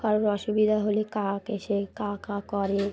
কারোর অসুবিধা হলে কাক কসে ক কা করে